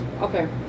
okay